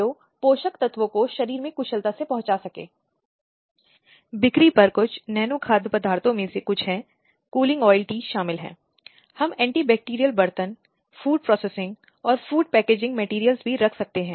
या हिरासत में जगह आदि और यदि आवश्यक हो तो आवश्यक उपचारात्मक कार्रवाई करता है